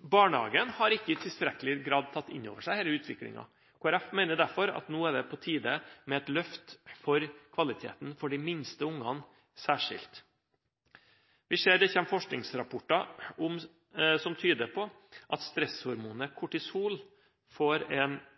Barnehagen har ikke i tilstrekkelig grad tatt inn over seg denne utviklingen. Kristelig Folkeparti mener derfor at nå er det på tide med et løft for kvaliteten for de minste ungene særskilt. Vi ser det kommer forskningsrapporter som tyder på at stresshormonet kortisol får en